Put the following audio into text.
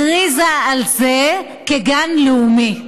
הכריזה על זה כגן לאומי.